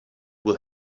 will